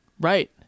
Right